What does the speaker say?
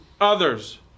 others